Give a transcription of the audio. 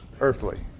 earthly